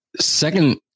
second